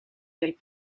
del